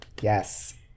Yes